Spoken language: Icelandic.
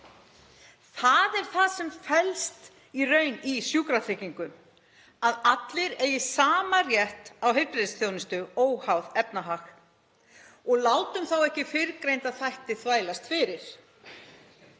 Það er það sem felst í raun í sjúkratryggingum, að allir eigi sama rétt á heilbrigðisþjónustu óháð efnahag. Látum þá ekki fyrrgreinda þætti þvælast fyrir.